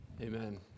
Amen